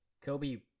Kobe